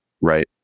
Right